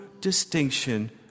distinction